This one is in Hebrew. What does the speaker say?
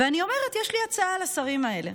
ואני אומרת, יש לי הצעה לשרים האלה.